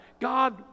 God